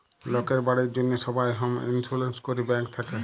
লকের বাড়ির জ্যনহে সবাই হম ইলসুরেলস ক্যরে ব্যাংক থ্যাকে